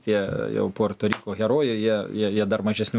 tie jau puerto riko herojai jie jie dar mažesni